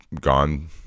gone